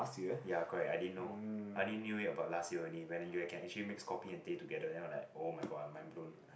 ya correct I didn't know I only knew it about last year only when you can actually mix kopi and teh together then I'm like oh-my-god I'm mind blown